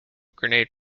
grenade